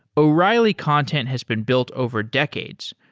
o'reilly content has been built over decades.